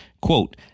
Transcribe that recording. quote